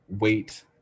wait